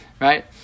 right